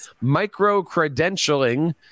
micro-credentialing